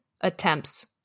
attempts